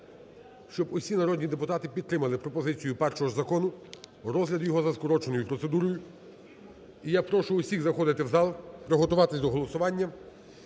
щоб усі народні депутати підтримали пропозицію першого ж закону, розгляд його за скороченою процедурою. І я прошу всіх заходити в зал, приготуватись до голосування.